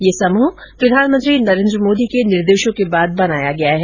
यह समूह प्रधानमंत्री नरेन्द्र मोदी के निर्देशों के बाद बनाया गया है